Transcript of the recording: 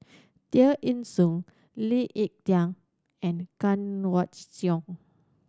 Tear Ee Soon Lee Ek Tieng and Kanwaljit Soin